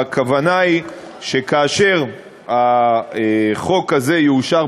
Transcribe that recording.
הכוונה היא שכאשר החוק הזה יאושר,